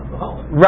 Right